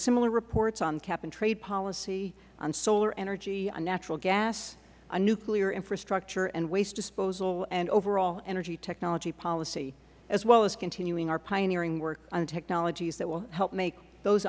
similar reports on cap and trade policy on solar energy on natural gas on nuclear infrastructure and waste disposal and overall energy technology policy as well as continuing our pioneering work on technologies that will help make those